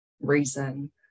reason